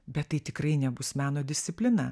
bet tai tikrai nebus meno disciplina